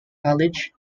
college